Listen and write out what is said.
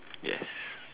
yes